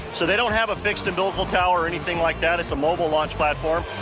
so they don't have a fixed umbilical tower or anything like that, it's a mobile launch platform.